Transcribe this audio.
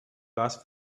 last